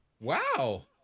Wow